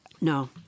No